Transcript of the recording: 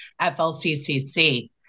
FLCCC